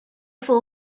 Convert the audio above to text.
fool